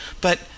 But